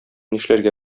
нишләргә